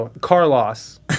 Carlos